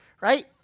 right